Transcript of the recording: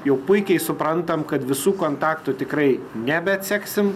jau puikiai suprantam kad visų kontaktų tikrai nebeatseksim